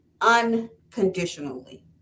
unconditionally